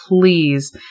please